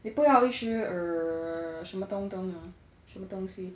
你不要一直 err 什么东东 ah 什么东西